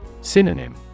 Synonym